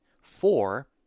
Four